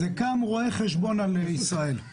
זה קם רואה חשבון על ישראל.